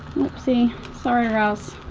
oopsie. sorry riles.